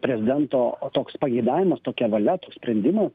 prezidento toks pageidavimas tokia valia toks sprendimas